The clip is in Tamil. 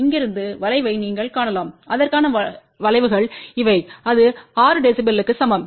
இங்கிருந்து வளைவை நீங்கள் காணலாம் அதற்கான வளைவுகள் இவை அது 6 dB க்கு சமம்